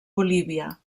bolívia